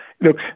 Look